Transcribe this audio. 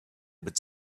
would